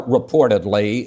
reportedly